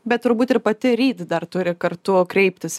bet turbūt ir pati ryt dar turi kartu kreiptis į